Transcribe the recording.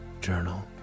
journal